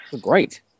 Great